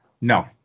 No